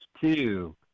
two